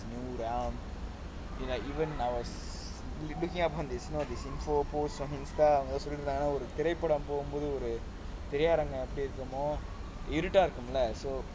movie realm and like even our samantha so அதான் சொன்னேன்ல திரைபடம் போகும் பொது இருட்டா இருக்குலே:athaan sonnenla thiraipadam pogum pothu iruttaa irukkula